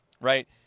right